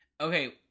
Okay